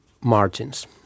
margins